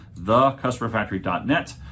thecustomerfactory.net